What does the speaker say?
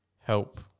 help